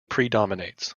predominates